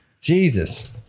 Jesus